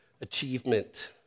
achievement